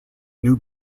new